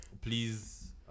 Please